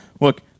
look